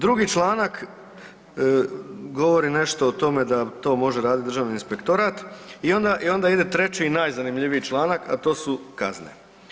Drugi članak govori nešto o tome da to može raditi Državni inspektorat i onda ide treći i najzanimljiviji članak, a to su kazne.